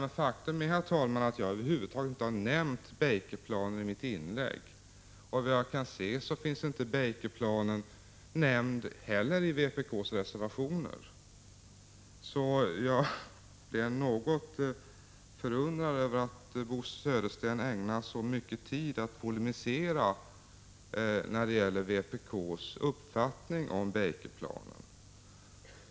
Faktum är, herr talman, att jag över huvud taget inte nämnde Baker-planen i mitt inlägg. Efter vad jag kan se finns inte heller Baker-planen nämnd i vpk:s reservationer. Jag blev därför något förundrad över att Bo Södersten ägnade så mycket tid åt att polemisera mot vpk:s uppfattning om Baker-planen.